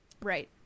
right